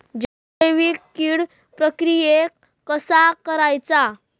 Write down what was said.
जैविक कीड प्रक्रियेक कसा करायचा?